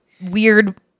weird